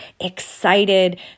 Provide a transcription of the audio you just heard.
excited